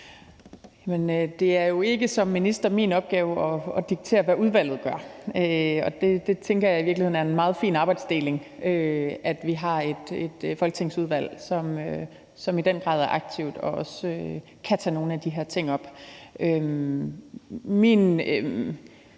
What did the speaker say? Det er jo ikke min opgave som minister at diktere, hvad udvalget gør. Jeg tænker, at det i virkeligheden er en meget fin arbejdsdeling, at vi har et folketingsudvalg, som i den grad er aktivt og også kan tage nogle af de her ting op.